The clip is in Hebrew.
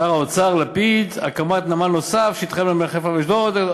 שר האוצר לפיד: הקמת נמל נוסף שיתחרה בנמל אשדוד.